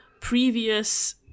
previous